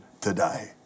today